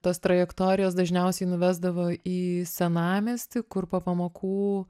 tos trajektorijos dažniausiai nuvesdavo į senamiestį kur po pamokų